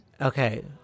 Okay